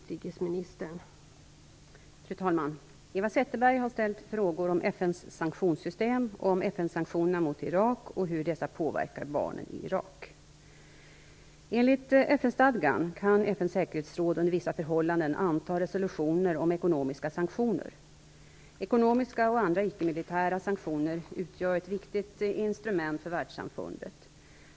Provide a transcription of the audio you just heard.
Fru talman! Eva Zetterberg har ställt frågor om FN:s sanktionsssytem, om FN-sanktionerna mot Irak och om hur dessa påverkar barnen i Irak. Enligt FN-stadgan kan FN:s säkerhetsråd under vissa förhållanden anta resolutioner om ekonomiska sanktioner. Ekonomiska och andra icke-militära sanktioner utgör ett viktigt instrument för världssamfundet.